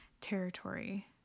territory